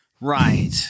Right